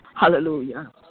hallelujah